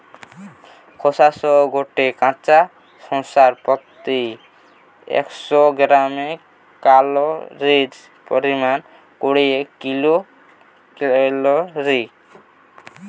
খোসা সহ গটে কাঁচা শশার প্রতি একশ গ্রামে ক্যালরীর পরিমাণ কুড়ি কিলো ক্যালরী